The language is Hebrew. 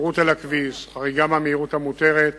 התפרעות על הכביש, חריגה מהמהירות המותרת